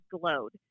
glowed